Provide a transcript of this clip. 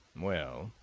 well,